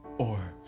or.